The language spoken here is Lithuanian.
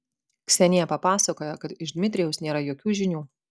ksenija papasakojo kad iš dmitrijaus nėra jokių žinių